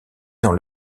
dans